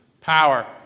power